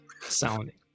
sounding